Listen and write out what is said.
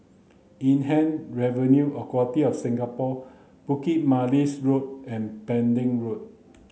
Inland Revenue of Singapore Bukit Manis Road and Pending Road